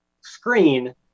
screen